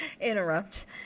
interrupt